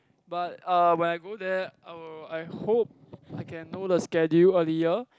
but uh when I go there I will I hope I can know the schedule earlier